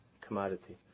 commodity